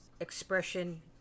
expression